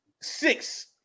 six